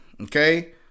Okay